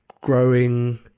growing